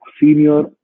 senior